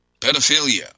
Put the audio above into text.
pedophilia